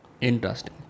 Interesting